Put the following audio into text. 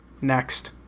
Next